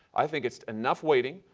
i think it's enough waiting,